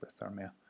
hyperthermia